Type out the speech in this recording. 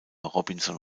robinson